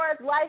life